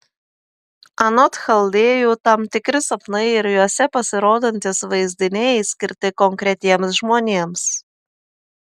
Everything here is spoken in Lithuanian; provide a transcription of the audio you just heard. anot chaldėjų tam tikri sapnai ir juose pasirodantys vaizdiniai skirti konkretiems žmonėms